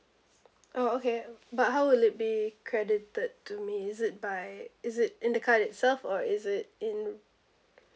oh okay but how would it be credited to me is it by is it in the card itself or is it in